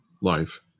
life